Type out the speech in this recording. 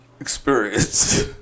experience